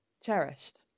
cherished